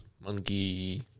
Monkey